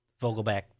Vogelback